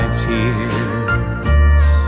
tears